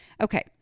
Okay